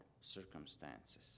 circumstances